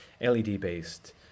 LED-based